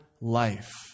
life